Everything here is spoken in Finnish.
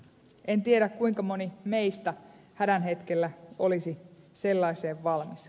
en tiedä kuinka moni meistä hädän hetkellä olisi sellaiseen valmis